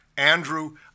Andrew